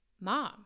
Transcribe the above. mom